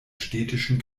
städtischen